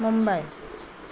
Mumbai